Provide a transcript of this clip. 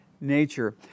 nature